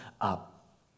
up